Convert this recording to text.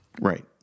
Right